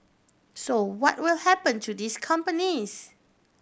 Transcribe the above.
so what will happen to these companies